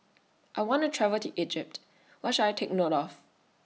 I want to travel to Egypt What should I Take note of